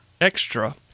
extra